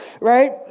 Right